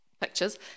pictures